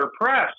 press